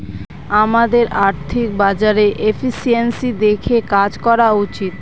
আমাদের আর্থিক বাজারে এফিসিয়েন্সি দেখে কাজ করা উচিত